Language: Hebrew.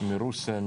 רוסיה,